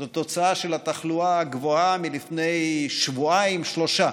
הם תוצאה של תחלואה גבוהה מלפני שבועיים-שלושה.